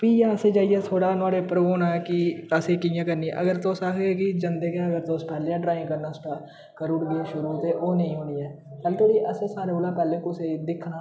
फ्ही अस जाइयै थोह्ड़ा नोहाड़े उप्पर होना कि दस्स एह् कि'यां करनी अगर तुस आखगे कि जंदे गै अगर तुस पैह्ले गै ड्राइंग करना स्टार्ट करूड़ गे शुरू ते ओह् नेईं होनी ऐ पैह्ली धोड़ी ते असें सारें कोला पैह्ले कुसै गी दिक्खना